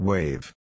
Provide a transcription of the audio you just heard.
Wave